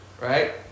Right